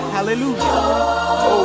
Hallelujah